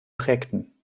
prägten